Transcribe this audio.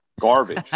garbage